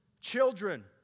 children